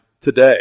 today